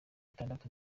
itandatu